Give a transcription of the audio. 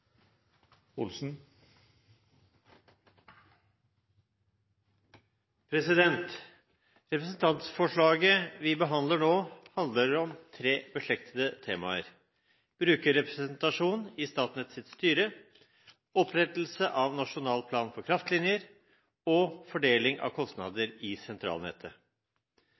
folket. Representantforslaget vi behandler nå, handler om tre beslektede temaer: brukerrepresentasjon i Statnetts styre, opprettelse av nasjonal plan for kraftlinjer og fordeling av kostnader i sentralnettet.